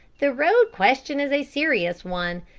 the road question is a serious one.